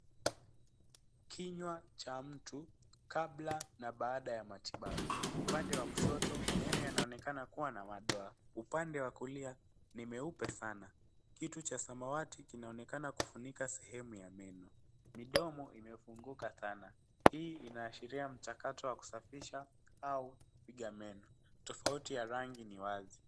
Kinywa cha mtu kabla na baada ya matibabu. Upande wa kushoto meno yanaonekana kuwa na madoa, upande wa kulia ni meupe sana. Kitu cha samawati kinaonekana kufunika sehemu ya meno. Mdomo imefunguka saba. Hii inaashiria mchakato wa kusafisha au kupiga meno. Tofauti ya rangi ni wazi sana.